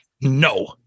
No